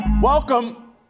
Welcome